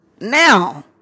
now